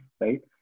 right